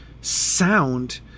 sound